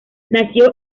nació